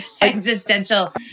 Existential